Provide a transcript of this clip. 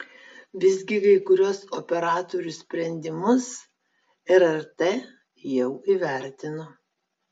visgi kai kuriuos operatorių sprendimus rrt jau įvertino